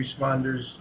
responders